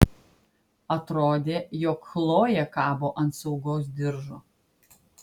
atrodė jog chlojė kabo ant saugos diržo